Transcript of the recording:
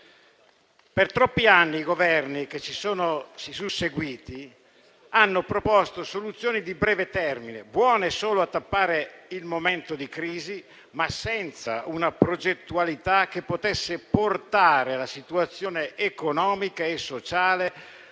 Per troppi anni i Governi che si sono susseguiti hanno proposto soluzioni di breve termine, buone solo a tappare il momento di crisi, ma senza una progettualità che potesse portare la situazione economica e sociale